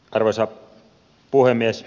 arvoisa puhemies